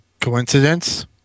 coincidence